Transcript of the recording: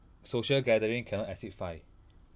social gathering cannot exceed five